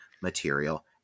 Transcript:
material